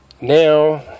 now